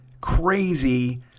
crazy